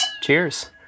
Cheers